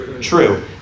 True